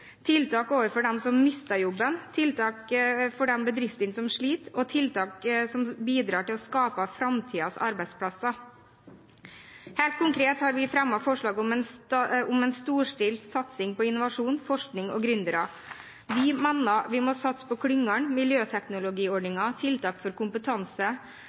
tiltak overfor dem som mister jobben, tiltak for de bedriftene som sliter, og tiltak som bidrar til å skape framtidens arbeidsplasser. Helt konkret har vi fremmet forslag om en storstilt satsing på innovasjon, forskning og gründere. Vi mener vi må satse på klyngene, miljøteknologiordninger, tiltak for kompetanse-